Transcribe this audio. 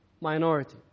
minority